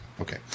okay